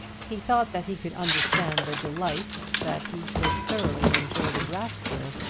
he thought that he could understand the delight, that he could thoroughly enjoy the rapture,